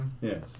Yes